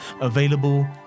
available